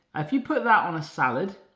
if you put that on a salad,